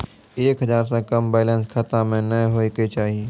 एक हजार से कम बैलेंस खाता मे नैय होय के चाही